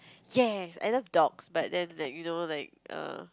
yes I love dogs but then that you know like err